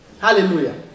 Hallelujah